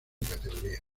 categoría